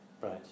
right